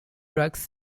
drugs